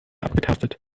abgetastet